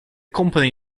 company